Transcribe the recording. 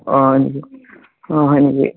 অঁ অঁ হয় নেকি